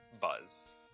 Buzz